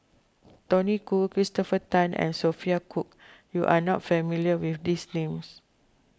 Tony Khoo Christopher Tan and Sophia Cooke you are not familiar with these names